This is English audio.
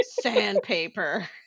sandpaper